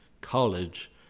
college